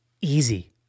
easy